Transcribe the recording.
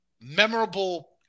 memorable